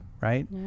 right